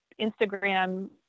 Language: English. Instagram